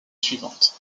suivante